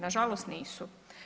Nažalost nisu.